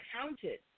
counted